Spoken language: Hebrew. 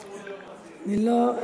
לא,